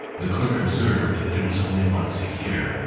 the clerk observed that it was only once a year.